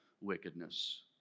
wickedness